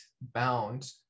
bound